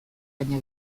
baina